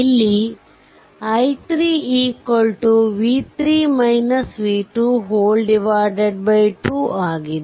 ಇಲ್ಲಿ i3 2 ಆಗಿದೆ